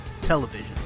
television